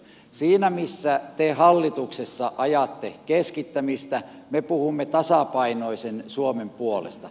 siinä missä te hallituksessa ajatte keskittämistä me puhumme tasapainoisen suomen puolesta